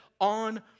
on